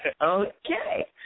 Okay